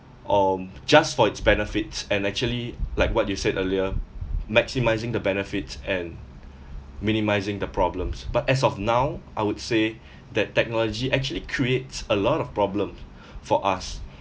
um just for its benefits and actually like what you said earlier maximising the benefits and minimising the problems but as of now I would say that technology actually creates a lot of problem for us